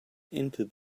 into